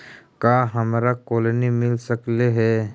का हमरा कोलनी मिल सकले हे?